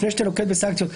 לפני שאתה נוקט בסנקציות,